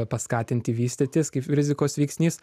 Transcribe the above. paskatinti vystytis kaip rizikos veiksnys